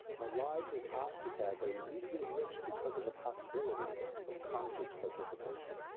our lives as osteopaths are uniquely enriched because of the possibility of conscious participation.